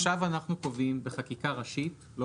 עכשיו אנחנו קובעים בחקיקה ראשית לא